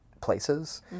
places